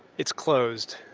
it's closed.